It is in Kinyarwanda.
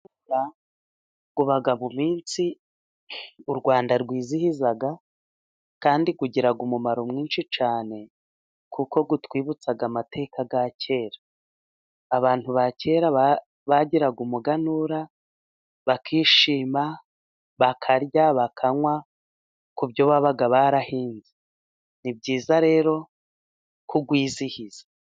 Umuganura uba mu minsi u Rwanda rwizihiza kandi ugira umumaro mwinshi cyane, kuko utwibutsa amateka ya kera .Abantu ba kera bagiraga umuganura bakishima: bakarya, bakanywa ku byo babaga barahinze, ni byiza rero kuwizihiza.